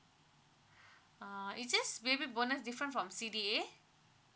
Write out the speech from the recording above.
uh it's just baby bonus different from C_D_A